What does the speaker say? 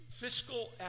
fiscal